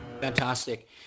Fantastic